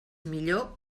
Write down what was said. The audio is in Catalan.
millor